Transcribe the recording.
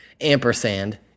ampersand